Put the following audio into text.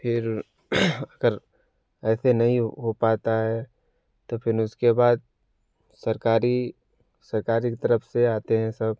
फिर कर ऐसे नहीं हो पाता है तो फिर उसके बाद सरकारी सरकार के तरफ से आते हैं सब